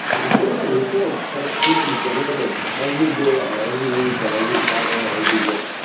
so those are reports that need to be generated every day or every week or every quarter or every year.